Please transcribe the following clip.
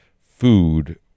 food